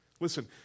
Listen